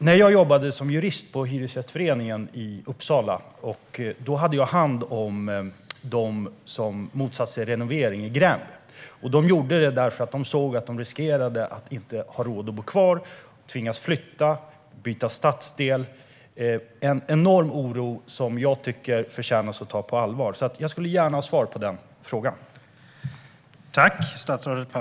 När jag jobbade som jurist på Hyresgästföreningen i Uppsala hade jag hand om dem som motsatte sig renovering. De gjorde det därför att de såg att de riskerade att inte ha råd att bo kvar, tvingas flytta och byta stadsdel. Det var en enorm oro, som jag tycker förtjänar att tas på allvar. Jag skulle gärna vilja ha svar på frågan.